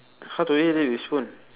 how to eat it with spoon